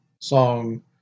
song